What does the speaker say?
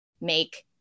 make